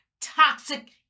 toxic